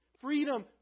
Freedom